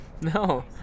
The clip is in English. no